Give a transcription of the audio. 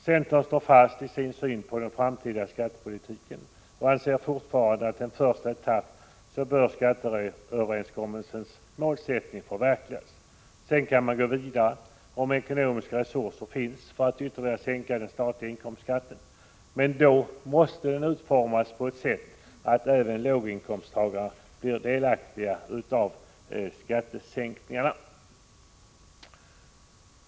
Centern står fast i sin syn på den framtida skattepolitiken och anser fortfarande att man som en första etapp bör förverkliga skatteöverenskommelsens målsättning. Sedan kan man gå vidare, om ekonomiska resurser finns, för att ytterligare sänka den statliga inkomstskatten. Men då måste denna utformas på ett sådant sätt att låginkomsttagarna blir delaktiga av skattesänkningarna.